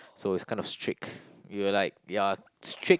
so it's kind of strict we were like ya strict